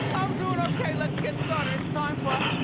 i'm doin' okay, let's get started, it's time for?